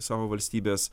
savo valstybės